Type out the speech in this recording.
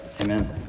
amen